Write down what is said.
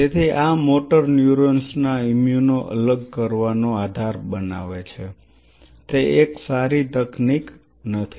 તેથી આ motor neurons ના ઇમ્યુનો અલગ કરવાનો આધાર બનાવે છે તે એક સારી તકનીક નથી